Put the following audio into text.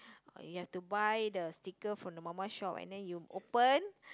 you have to buy the sticker from the mama shop and then you open